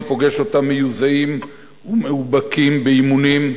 אני פוגש אותם מיוזעים ומאובקים באימונים,